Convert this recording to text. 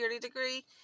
degree